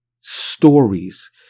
stories